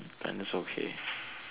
Agnes okay